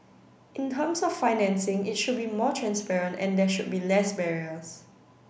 in terms of the financing it should be more transparent and there should be less barriers